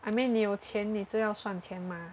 I mean 你有钱你就要算钱吗